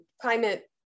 climate